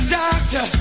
doctor